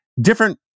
different